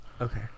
Okay